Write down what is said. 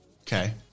Okay